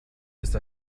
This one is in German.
ist